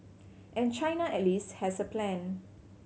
and China at least has a plan